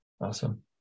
Awesome